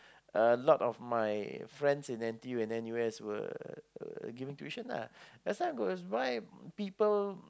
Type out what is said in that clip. a lot of my friends in N_T_U and N_U_S were were giving tuitions lah that's why people